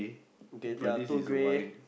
okay ya two grey